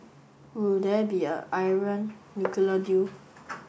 will there be a nuclear deal